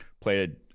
Played